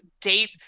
Date